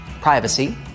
Privacy